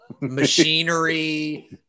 machinery